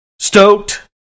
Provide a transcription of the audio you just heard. Stoked